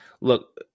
Look